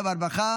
חבריי חברי הכנסת,